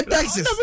Texas